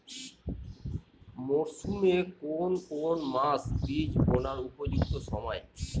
মরসুমের কোন কোন মাস বীজ বোনার উপযুক্ত সময়?